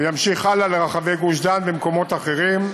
וימשיך הלאה לרחבי גוש-דן ולמקומות אחרים,